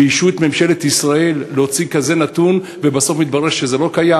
ביישו את ממשלת ישראל כשהוציאו נתון כזה ובסוף מתברר שזה לא קיים?